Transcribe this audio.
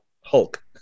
Hulk